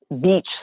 beach